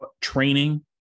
training